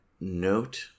Note